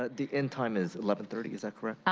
ah the end time is eleven thirty, is that correct?